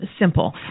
simple